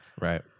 Right